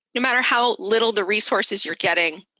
no matter how little the resources you're getting,